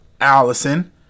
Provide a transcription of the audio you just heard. Allison